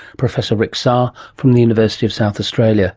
professor rick sarre from the university of south australia